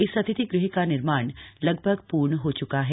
इस अतिथि ग़ह का निर्माण लगभग पुर्ण हो च्का है